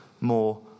more